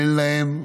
אין להן מענה.